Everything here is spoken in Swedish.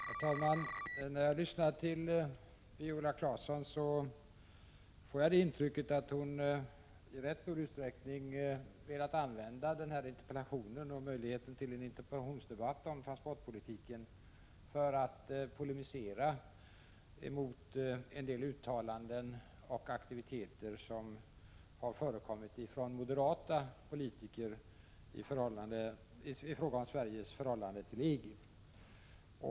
Herr talman! När jag lyssnar till Viola Claesson får jag intrycket att hon i ganska stor utsträckning velat använda denna interpellationsdebatt om transportpolitiken till att polemisera mot en del uttalanden och aktiviteter som har förekommit från moderata politiker i fråga om Sveriges förhållande till EG.